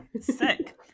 sick